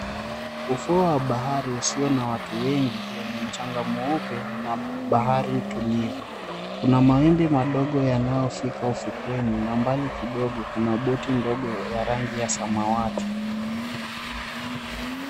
Ufuo wa bahari usio na watu wengi wenye mchanga mweupe na bahari tulivu. Kuna mawimbi madogo yanayofika ufukweni na mbali kidogo kuna boti ndogo ya rangi ya samawati.